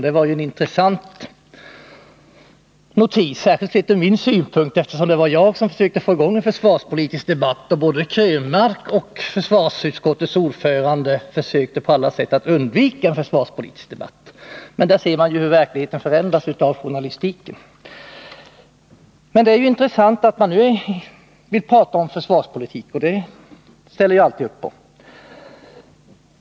Det var en intressant notis, särskilt från min synpunkt sett, eftersom det var jag som försökte få i gång en försvarspolitisk debatt, medan både Eric Krönmark och försvarsutskottets ordförande på alla sätt försökte undvika en sådan debatt. Där ser man hur verkligheten förändras av journalistiken. Det är intressant att man nu vill tala om försvarspolitik, och i en sådan debatt är jag alltid villig att delta.